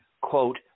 quote